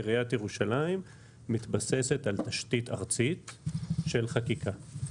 עיריית ירושלים מתבססת על תשתית ארצית של חקיקה.